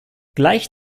gleich